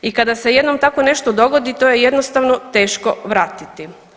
I kada se jednom tako nešto dogodi to je jednostavno teško vratiti.